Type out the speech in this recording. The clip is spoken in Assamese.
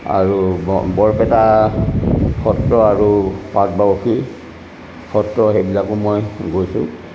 আৰু ব বৰপেটা সত্ৰ আৰু পাটবাউসী সত্ৰ সেইবিলাকো মই গৈছোঁ